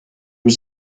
was